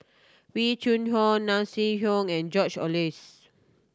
Wee Cho Nai Swee and George Oehlers